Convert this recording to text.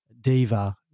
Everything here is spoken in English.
Diva